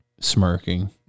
smirking